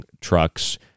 trucks